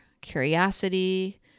curiosity